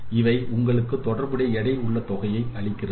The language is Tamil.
இது உங்களுக்கு தொடர்புடைய எடை உள்ள தொகையை அளிக்கிறது